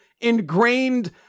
ingrained